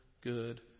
good